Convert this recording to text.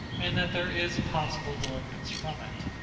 and that there is a possible deliverance from it.